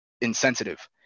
insensitive